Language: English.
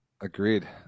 Agreed